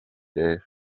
day